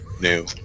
new